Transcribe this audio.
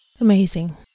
Amazing